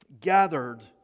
Gathered